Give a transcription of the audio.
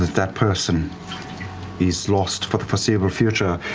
that that person is lost for the foreseeable future,